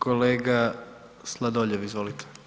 Kolega Sladoljev, izvolite.